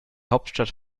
hauptstadt